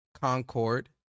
Concord